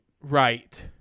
Right